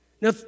Now